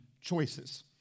choices